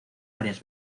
varias